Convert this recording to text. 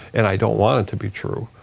and i don't want it to be true,